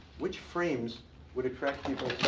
which frames would attract